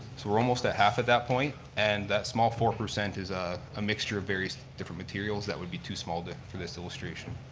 so we're almost at half at that point and that small four percent is a mixture of various different materials that would be too small for this illustration.